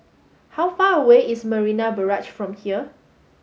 how far away is Marina Barrage from here